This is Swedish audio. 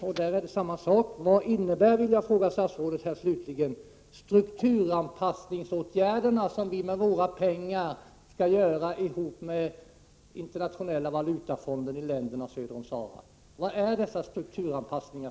Jag vill slutligen fråga statsrådet: Vad innebär strukturanpassningsåtgärderna, som vi med våra pengar tillsammans med Internationella valutafonden skall vidta i länderna söder om Sahara? Vad innebär dessa strukturanpassningar?